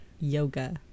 yoga